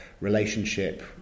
relationship